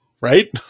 right